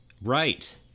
right